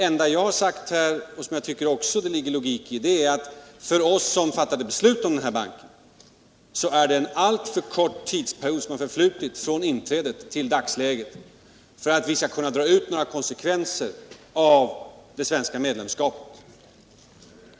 Vad jag har sagt — och det tycker jag också att det ligger logik i - är att det för oss som var för eu medlemskap i banken har förflutit alltför kort tid från inträdet ull dagens läge för att vi skall kunna dra några slutsatser av det svenska medlemskapet.